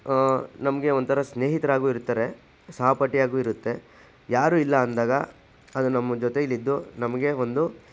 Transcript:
ನಮಗೆ ಒಂಥರ ಸ್ನೇಹಿತರಾಗೂ ಇರ್ತಾರೆ ಸಹಪಾಠಿಯಾಗೂ ಇರುತ್ತೆ ಯಾರು ಇಲ್ಲ ಅಂದಾಗ ಅದು ನಮ್ಮ ಜೊತೆಯಲ್ಲಿದ್ದು ನಮಗೆ ಒಂದು